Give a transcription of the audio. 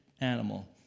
animal